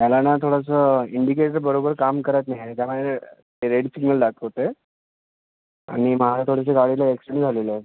त्याला ना थोडंसं इंडिकेटर बरोबर काम करत नाही आणि त्यामुळे ते रेड सिग्नल दाखवतं आहे आणि माझ्या थोड्याशा गाडीला ॲक्सिडंट झालेलं आहे